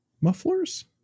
Mufflers